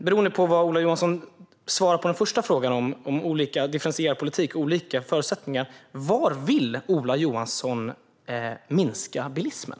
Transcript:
Beroende på vad Ola Johansson svarar på den första frågan om differentierad politik och olika förutsättningar är frågan: Var vill Ola Johansson minska bilismen?